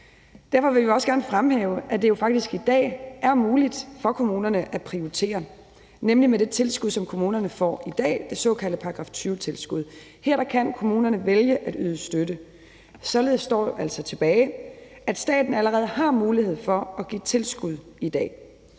Derfor vil vi også gerne fremhæve, at det jo faktisk i dag er muligt for kommunerne at prioritere, nemlig med det såkaldte § 20-tilskud, som kommunerne får i dag. Her kan kommunerne vælge at yde støtte. Således står altså tilbage, at staten allerede har mulighed for at give tilskud i dag.